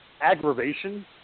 aggravation